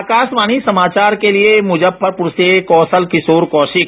आकाशवाणी समाचार के लिए मुजफ्फरपुर से कौशल किशोर कौशिक